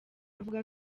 avuga